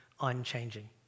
unchanging